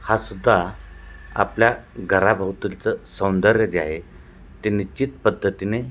हा सुुद्धा आपल्या घराभोवतालचं सौंदर्य जे आहे ते निश्चित पद्धतीने